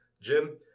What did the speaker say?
Jim